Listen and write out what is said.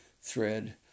thread